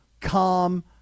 calm